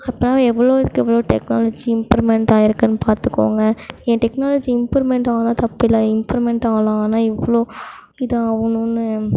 அப்போனா எவ்வளோதுக்கு எவ்வளோ டெக்னாலஜி இம்ப்ரூவ்மெண்ட் ஆயிருக்குனு பார்த்துக்கோங்க இங்கே டெக்னாலஜி இம்ப்ரூவ்மெண்ட் ஆகலாம் தப்பு இல்லை இம்ப்ரூவ்மெண்ட் ஆகலாம் ஆனால் இவ்வளோ இதாவணுன்னு